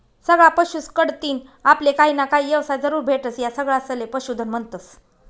सगळा पशुस कढतीन आपले काहीना काही येवसाय जरूर भेटस, या सगळासले पशुधन म्हन्तस